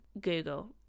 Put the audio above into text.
Google